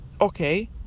okay